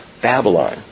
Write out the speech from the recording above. Babylon